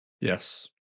yes